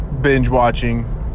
binge-watching